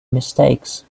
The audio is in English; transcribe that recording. mistakes